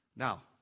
Now